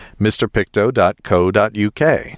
mrpicto.co.uk